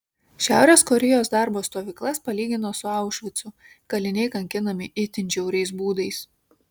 šiaurės korėjos darbo stovyklas palygino su aušvicu kaliniai kankinami itin žiauriais būdais